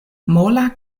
mola